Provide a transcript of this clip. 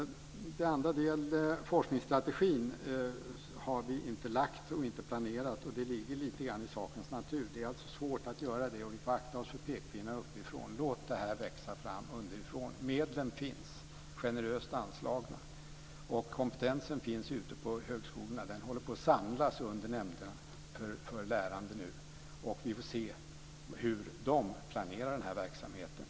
Det andra gällde forskningsstrategin. Vi har inte lagt fram något förslag och har inte planerat att göra det. Det ligger lite grann i sakens natur. Det är svårt att göra det, och vi får akta oss för pekpinnar uppifrån. Låt det här växa fram underifrån. Medlen finns, generöst anslagna. Kompetens finns ute på högskolorna. Den håller nu på att samlas under nämnderna för lärande, och vi får se hur de planerar verksamheten.